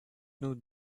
nous